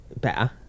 better